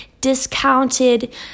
discounted